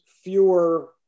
fewer